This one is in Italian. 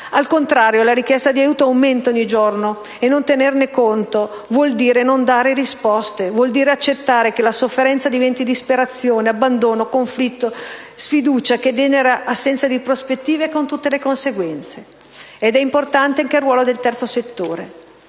Al contrario, la richiesta di aiuto aumenta ogni giorno e non tenerne conto vuol dire non dare risposte, accettare che la sofferenza diventi disperazione, abbandono, conflitto, sfiducia, che generano assenza di prospettive con tutte le conseguenze del caso. È importante sottolineare in questo